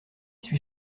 suis